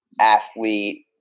athlete